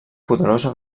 poderosa